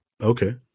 Okay